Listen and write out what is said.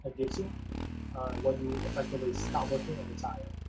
gives you when you effectively stop working or retire.